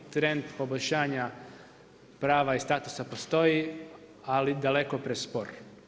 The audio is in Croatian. Trend poboljšanja prava i statusa postoji ali daleko prespor.